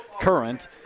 current